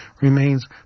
remains